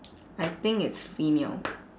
I think it's female